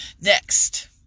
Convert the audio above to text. Next